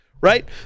Right